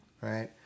Right